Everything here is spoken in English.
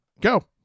Go